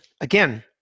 again